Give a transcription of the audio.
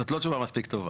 זאת לא תשובה מספיק טובה.